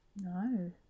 No